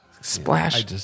Splash